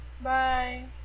bye